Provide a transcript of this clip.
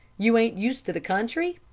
you ain't used to the country?